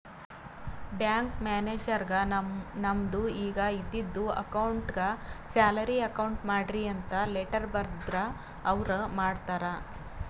bank ಮ್ಯಾನೇಜರ್ಗ್ ನಮ್ದು ಈಗ ಇದ್ದಿದು ಅಕೌಂಟ್ಗ್ ಸ್ಯಾಲರಿ ಅಕೌಂಟ್ ಮಾಡ್ರಿ ಅಂತ್ ಲೆಟ್ಟರ್ ಬರ್ದುರ್ ಅವ್ರ ಮಾಡ್ತಾರ್